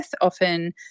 often